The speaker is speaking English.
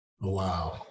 Wow